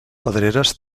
pedreres